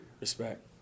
Respect